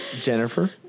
Jennifer